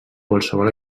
qualsevol